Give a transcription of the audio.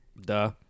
Duh